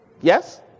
Yes